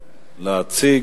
להציג,